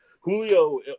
Julio